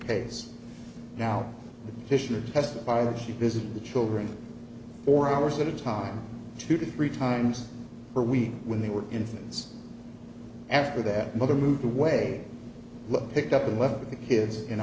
fisher testify that she visited the children for hours at a time two to three times per week when they were infants after that mother moved away picked up and left with the kids in